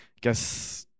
Guess